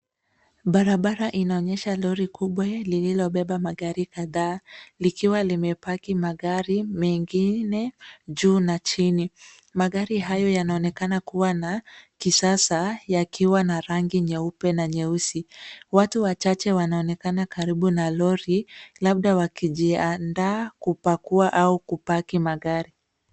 Barabara inaonyesha lori kubwa lililobeba magari kadhaa likiwa limepaki magari mengine juu na chini. Magari hayo yanaonekana kuwa na kisasa yakiwa na rangi nyeupe na nyeusi. Watu wachache wanaonekana karibu na lori labda wakijiandaa kupakua au kupaki magari.